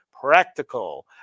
practical